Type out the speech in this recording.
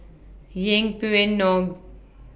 Yeng Pway Ngon